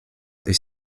est